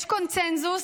יש קונסנזוס